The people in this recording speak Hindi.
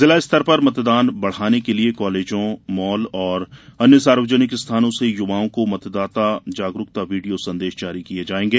जिला स्तर पर मतदान बढ़ाने के लिये कॉलेजों मॉल और अन्य सार्वजनिक स्थानों से युवाओं को मतदाता जागरूकता वीडियो संदेश जारी किये जायेंगे